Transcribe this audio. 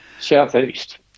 Southeast